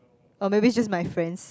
or maybe just my friends